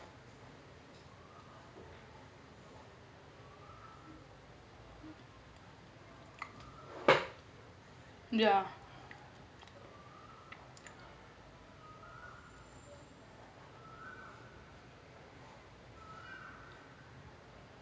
yeah